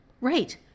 Right